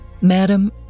Madam